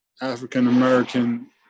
african-american